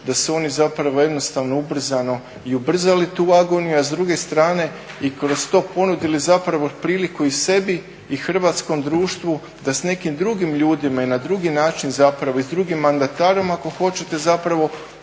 da se oni zapravo jednostavno, ubrzano i ubrzali tu agoniju, a s druge strane i kroz to ponudili zapravo priliku i sebi i hrvatskom društvu da s nekim drugim ljudima i na drugi način zapravo i s drugim …, ako hoćete, zapravo